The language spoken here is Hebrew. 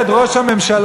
ואת ראש הממשלה,